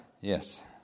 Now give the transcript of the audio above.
Yes